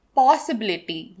possibility